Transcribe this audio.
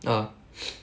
ah